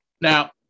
Now